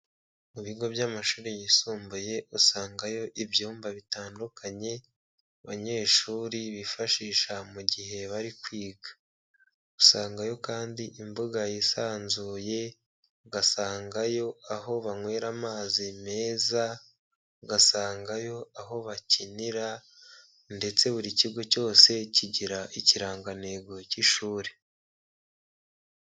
Mu bigo by'amashuri yisumbuye usangayo ibyumba bitandukanye abanyeshuri bifashisha mu gihe bari kwiga. Usangayo kandi imbuga yisanzuye, ugasangayo aho banywera amazi meza, ugasangayo aho bakinira, ndetse buri kigo cyose kigira ikirangantego cy'ishuri.